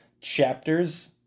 chapters